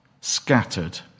scattered